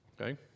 Okay